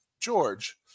George